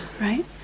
right